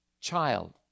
child